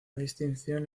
distinción